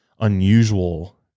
unusual